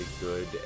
good